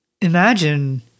imagine